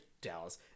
dallas